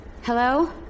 Hello